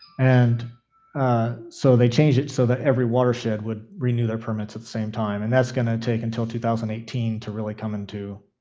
and ah so they changed it so that every watershed would renew their permits at the same time, and that's going to take until two thousand and eighteen to really come into